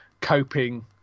coping